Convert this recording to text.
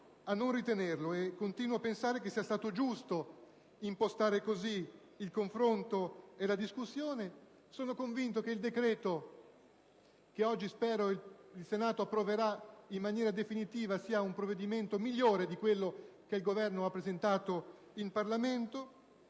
a non ritenerlo e continuo a pensare che sia stato giusto impostare così il confronto e la discussione. Sono convinto che il decreto-legge che oggi spero il Senato approverà in via definitiva sia un provvedimento migliore di quello che il Governo ha presentato in Parlamento